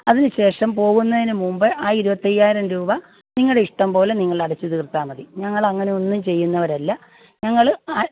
അതിന് ശേഷം പോകുന്നതിന് മുമ്പ് ആ ഇരുപത്തി അയ്യായിരം രൂപ നിങ്ങളുടെ ഇഷ്ട്ടം പോലെ നിങ്ങൾ അടച്ചു തീർത്താൽ മതി ഞങ്ങളങ്ങനെ ഒന്നും ചെയ്യുന്നവരല്ല ഞങ്ങൾ ആ